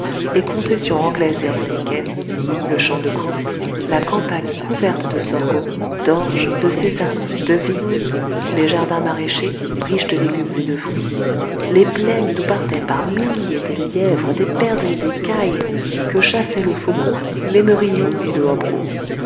les concessions anglaise et américaine le champ de courses la campagne couverte de sorgho d'orge de sésame de vignes les jardins maraîchers riches de légumes et de fruits les plaines d'où partaient par milliers des lièvres des perdrix des cailles que chassaient le faucon l'émerillon et le